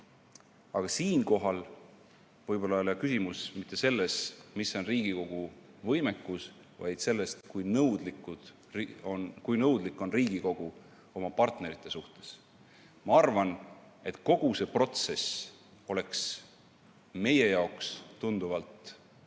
Aga siinkohal võib-olla ei ole küsimus mitte selles, milline on Riigikogu võimekus, vaid selles, kui nõudlik on Riigikogu oma partnerite vastu. Ma arvan, et kogu see protsess oleks meie jaoks tunduvalt